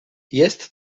jest